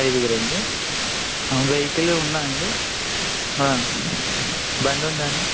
ఐదుగురు అండి వెహికల్ ఉందా అండి బండి ఉందా అండి